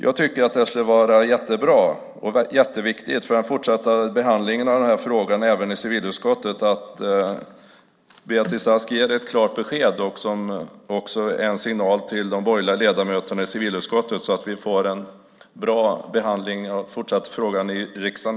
Jag tycker att det skulle vara jättebra och jätteviktigt för den fortsatta behandlingen av den här frågan även i civilutskottet att Beatrice Ask ger ett klart besked, också som en signal till de borgerliga ledamöterna i civilutskottet, så att vi får en bra fortsatt behandling av frågan i riksdagen.